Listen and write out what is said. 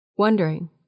wondering